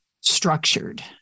structured